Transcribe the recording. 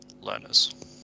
learners